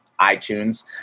iTunes